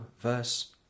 verse